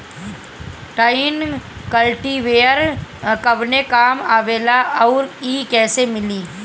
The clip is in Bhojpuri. टाइन कल्टीवेटर कवने काम आवेला आउर इ कैसे मिली?